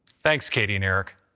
thanks, katie and erik.